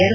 R